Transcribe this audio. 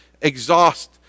exhaust